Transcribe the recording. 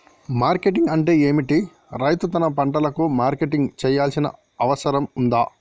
Marketing అంటే ఏమిటి? రైతు తన పంటలకు మార్కెటింగ్ చేయాల్సిన అవసరం ఉందా?